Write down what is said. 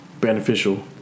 beneficial